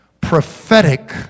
Prophetic